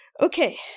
Okay